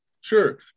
Sure